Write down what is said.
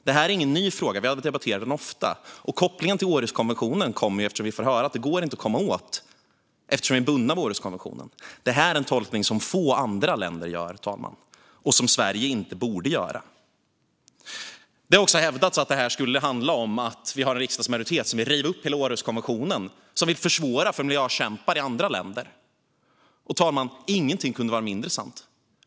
Detta är ingen ny fråga; vi har debatterat den ofta. Kopplingen till Århuskonventionen kommer ju, eftersom vi får höra att detta inte går att komma åt på grund av att vi är bundna av Århuskonventionen. Det här är en tolkning som få andra länder gör, fru talman, och som Sverige inte borde göra. Det har också hävdats att detta skulle handla om att vi har en riksdagsmajoritet som vill riva upp hela Århuskonventionen och som vill försvåra för miljökämpar i andra länder. Fru talman! Ingenting kunde vara mindre sant.